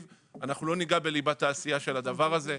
אנחנו לא ניגע בליבת העשייה של הדבר הזה.